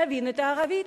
להבין את הערבית.